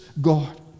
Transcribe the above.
God